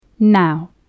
Now